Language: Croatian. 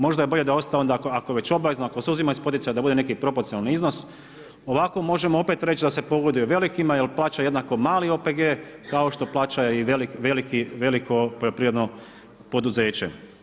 Možda je bolje da je ostalo ako je već obavezno, ako se uzima iz poticaja da bude neki proporcionalni iznos ovako možemo opet reći da se pogoduje velikima jel plaća jednako mali OPG kao što plaća i veliko poljoprivredno poduzeće.